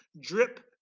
drip